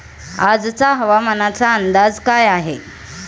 आजचा हवामानाचा अंदाज काय आहे?